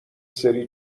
سری